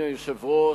אדוני היושב-ראש,